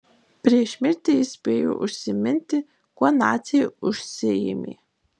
prieš mirtį jis spėjo užsiminti kuo naciai užsiėmė